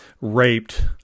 raped